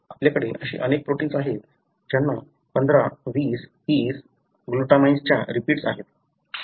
आपल्याकडे अशी अनेक प्रोटिन्स आहेत ज्यांना 15 20 30 ग्लूटामाइनची रिपीट्स आहेत